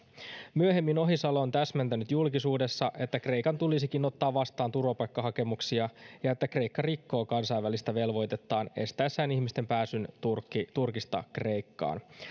myöhemmin ohisalo on täsmentänyt julkisuudessa että kreikan tulisikin ottaa vastaan turvapaikkahakemuksia ja että kreikka rikkoo kansainvälisiä velvoitteitaan estäessään ihmisten pääsyn turkista kreikkaan